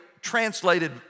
translated